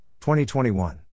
2021